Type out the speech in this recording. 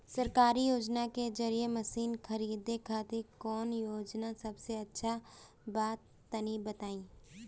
सरकारी योजना के जरिए मशीन खरीदे खातिर कौन योजना सबसे अच्छा बा तनि बताई?